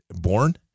born